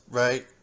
right